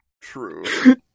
True